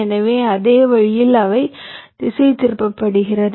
எனவே அதே வழியில் அவை திசை திருப்பப்படுகிறது